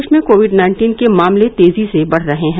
प्रदेश में COVID nineteen के मामले तेजी से बढ़ रहे हैं